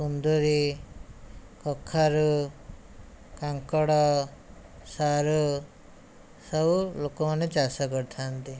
କୁନ୍ଦୁରି କଖାରୁ କାଙ୍କଡ଼ ସାରୁ ସବୁ ଲୋକମାନେ ଚାଷ କରିଥାନ୍ତି